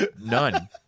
None